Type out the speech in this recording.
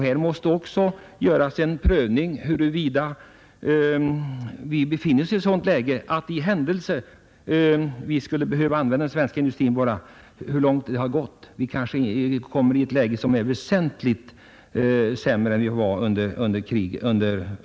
Vi måste därför undersöka hur stor den svenska produktionen är, om vi är under den tillåtna produktionen sett ur beredskapssynpunkt. Sannolikt visar det sig att läget nu är väsentligt sämre än det var under andra världskriget.